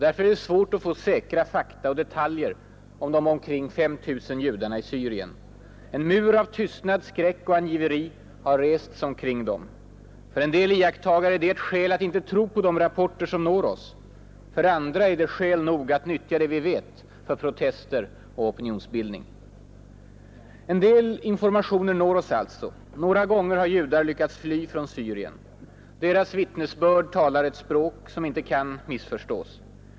Därför är det svårt att få säkra fakta och detaljer om de omkring 5 000 judarna i Syrien. En mur av tystnad, skräck och angiveri har rests omkring dem. För en del iakttagare är det ett skäl att inte tro på de rapporter som når oss. För andra är det skäl nog att nyttja det vi vet för protester och opinionsbildning. En del informationer når oss alltså. Några gånger har judar lyckats fly från Syrien. Deras vittnesbörd talar ett språk som inte kan missförstås.